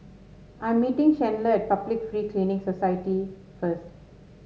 I'm meeting Chandler at Public Free Clinic Society first